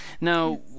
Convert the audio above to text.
Now